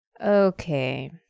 Okay